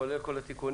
כולל כל התיקונים,